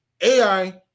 AI